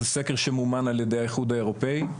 זה סקר שמומן על ידי האיחוד האירופאי,